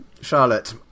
Charlotte